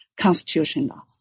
constitutional